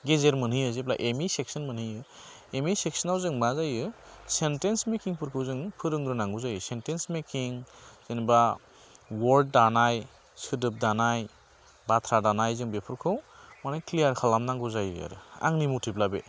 गेजेर मोनहैयो जेब्ला एम इ सेक्सन मोनहैयो एम इ सेक्सनाव जों मा जायो सेन्टेन्स मेकिं फोरखौ जों फोरोंग्रोनांगौ जायो सेन्टेन्स मेकिं जेन'बा वार्ड दानाय सोदोब दानाय बाथ्रा दानाय जों बेफोरखौ माने क्लियार खालामनांगौ जायो आरो आंनि मथेब्ला बे